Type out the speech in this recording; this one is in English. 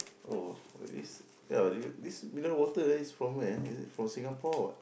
oh this ah this mineral water is from where ah is it from Singapore or what